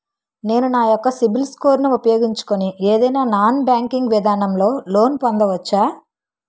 నేను నా యెక్క సిబిల్ స్కోర్ ను ఉపయోగించుకుని ఏదైనా నాన్ బ్యాంకింగ్ విధానం లొ లోన్ పొందవచ్చా?